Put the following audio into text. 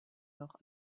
noch